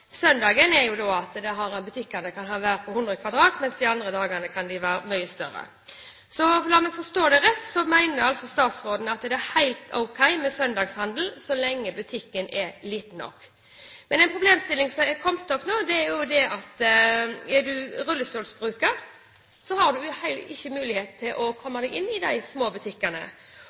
det rett, mener altså statsråden at det er helt ok med søndagshandel så lenge butikken er liten nok. En problemstilling som er kommet opp nå, er at hvis man er rullestolbruker, har man ikke mulighet til å komme seg inn i de små butikkene.